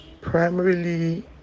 primarily